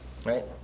Right